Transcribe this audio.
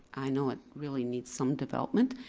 i know it really needs some development.